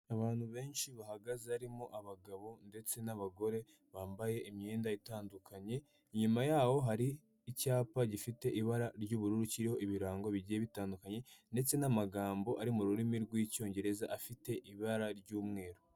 Abantu benshi bahagaze harimo abagabo ndetse n'abagore bambaye imyenda itandukanye, inyuma yaho hari icyapa gifite ibara ry'ubururu kirimo ibirango bigiye bitandukanye, ndetse n'amagambo ari mu rurimi rw'icyongereza afite ibara ry'umweru.